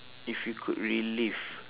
if you could relive